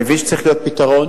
מבין שצריך להיות פתרון.